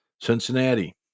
Cincinnati